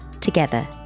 together